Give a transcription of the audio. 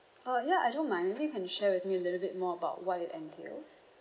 uh ya I don't mind maybe you can share with me a little bit more about what it entails